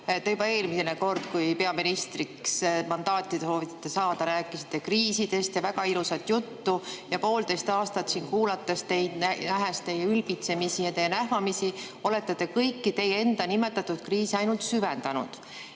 Te juba eelmine kord, kui peaministriks mandaati soovisite saada, rääkisite kriisidest ja väga ilusat juttu. Poolteist aastat siin teid kuulates, nähes teie ülbitsemisi ja nähvamisi, olete te kõiki teie enda nimetatud kriise ainult süvendanud.